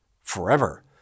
forever